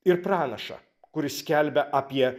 ir pranašą kuris skelbia apie